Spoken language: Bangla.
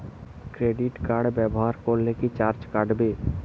ক্রেডিট কার্ড ব্যাবহার করলে কি চার্জ কাটবে?